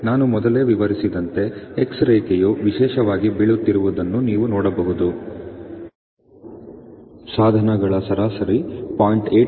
ನಾನು ಮೊದಲೇ ವಿವರಿಸಿದಂತೆ 'X' ರೇಖೆಯು ವಿಶೇಷವಾಗಿ ಬೀಳುತ್ತಿರುವುದನ್ನು ನೀವು ನೋಡಬಹುದು ಸಾಧನಗಳ ಸರಾಸರಿ 0